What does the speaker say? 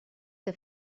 que